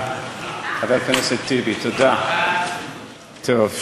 חבר הכנסת טיבי, תודה.